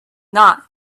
not